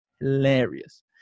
hilarious